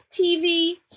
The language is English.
TV